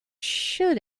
should